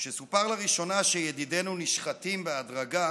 "כשסופר לראשונה שידידינו נשחטים בהדרגה,